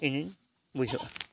ᱤᱧᱤᱧ ᱵᱩᱡᱷᱟᱹᱣᱟ